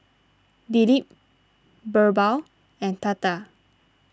Dilip Birbal and Tata